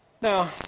Now